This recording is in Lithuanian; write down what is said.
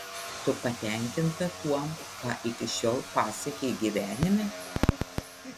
tu patenkinta tuom ką iki šiol pasiekei gyvenime